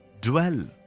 dwell